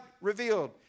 revealed